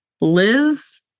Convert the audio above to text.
Liz